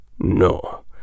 no